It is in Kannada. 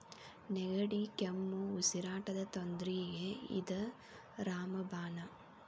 ನೆಗಡಿ, ಕೆಮ್ಮು, ಉಸಿರಾಟದ ತೊಂದ್ರಿಗೆ ಇದ ರಾಮ ಬಾಣ